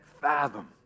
fathom